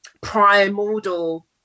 primordial